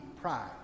Pride